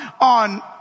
on